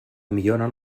milloren